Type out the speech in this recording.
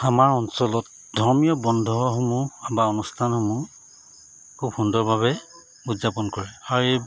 আমাৰ অঞ্চলত ধৰ্মীয় বন্ধসমূহ বা অনুষ্ঠানসমূহ খুব সুন্দৰভাৱে উদযাপন কৰে আৰু এই